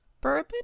bourbon